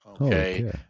okay